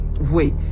Wait